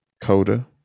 Coda